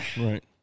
right